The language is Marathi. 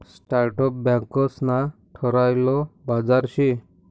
स्टार्टअप बँकंस ना ठरायल बाजार शे